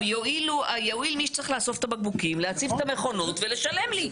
יואיל מי שצריך לאסוף את הבקבוקים להציב את המכונות ולשלם לי.